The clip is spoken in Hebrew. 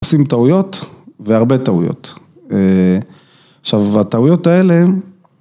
עושים טעויות והרבה טעויות, עכשיו הטעויות האלה